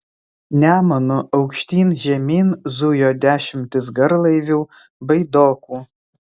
nemunu aukštyn žemyn zujo dešimtys garlaivių baidokų